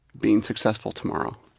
being successful tomorrow.